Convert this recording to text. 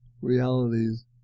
realities